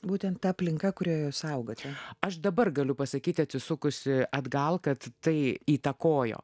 būtent aplinka kurioje saugote aš dabar galiu pasakyti atsisukusi atgal kad tai įtakojo